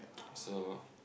so